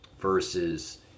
versus